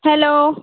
hello